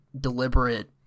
deliberate